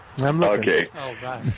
Okay